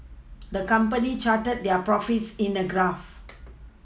the company charted their profits in a graph